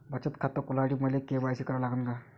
बचत खात खोलासाठी मले के.वाय.सी करा लागन का?